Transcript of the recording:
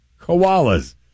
koalas